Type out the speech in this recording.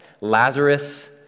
Lazarus